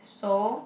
so